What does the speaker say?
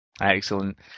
excellent